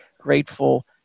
grateful